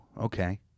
okay